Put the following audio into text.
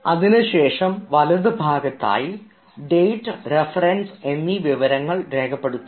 അതിനുശേഷം വലതുഭാഗത്തായി date reference എന്നീ വിവരങ്ങൾ രേഖപ്പെടുത്തുക